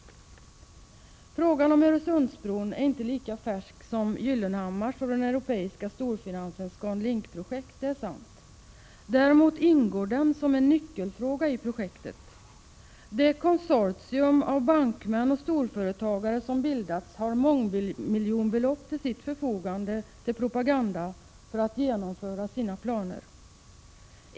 Frågan om Öresundsbron är inte lika färsk som Gyllenhammars och den europeiska storfinansens ScanLink-projekt, det är sant. Den ingår däremot som en nyckelfråga i projektet. Det konsortium av bankmän och storföretagare som har bildats har mångmiljonbelopp till sitt förfogande för att göra propaganda för sina planer.